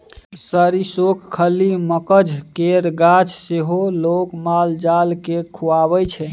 सरिसोक खल्ली, मकझ केर गाछ सेहो लोक माल जाल केँ खुआबै छै